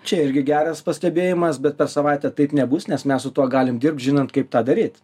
čia irgi geras pastebėjimas bet per savaitę taip nebus nes mes su tuo galim dirbti žinant kaip tą daryt